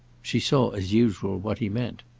she saw as usual what he meant.